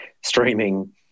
streaming